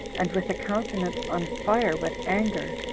and with a countenance on fire with anger,